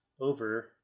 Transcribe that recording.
over